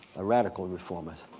a radical reformist,